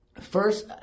First